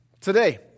Today